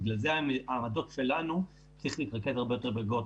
ולכן לפי העמדה שלנו צריך להתרכז הרבה יותר בגגות.